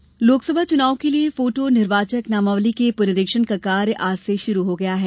निर्वाचक नामावली लोकसभा चुनाव के लिये फोटो निर्वाचक नामावली के पुनरीक्षण का कार्य आज से शुरू हो गया है